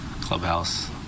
clubhouse